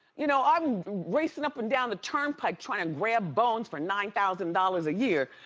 you know i'm racing up and down the turnpike trying to grab bones for nine thousand dollars a year,